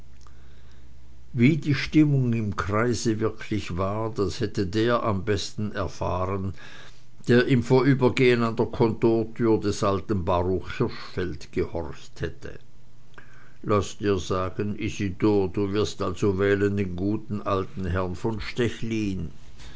wie die stimmung im kreise wirklich war das hätte der am besten erfahren der im vorübergehen an der comptoirtür des alten baruch hirschfeld gehorcht hätte laß dir sagen isidor du wirst also wählen den guten alten herrn von stechlin